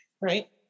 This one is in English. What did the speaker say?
Right